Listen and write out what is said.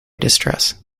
distress